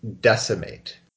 Decimate